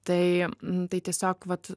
tai tai tiesiog vat